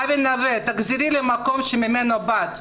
אבי נווה: תחזרי למקום ממנו באת,